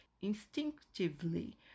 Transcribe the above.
instinctively